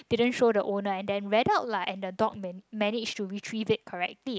didn't show the owner and then went out lah and the dog managed to retrieve it correctly